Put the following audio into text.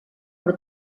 però